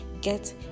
get